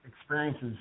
experiences